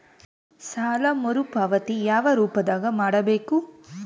ಸಾಲ ಮರುಪಾವತಿ ಯಾವ ರೂಪದಾಗ ಮಾಡಬೇಕು?